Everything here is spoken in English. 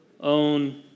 own